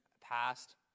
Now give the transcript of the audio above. passed